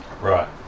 Right